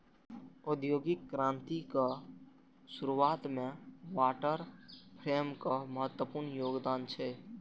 औद्योगिक क्रांतिक शुरुआत मे वाटर फ्रेमक महत्वपूर्ण योगदान छै